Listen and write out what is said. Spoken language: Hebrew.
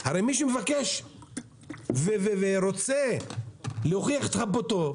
הרי מי שמבקש ורוצה להוכיח את חפותו,